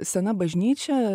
sena bažnyčia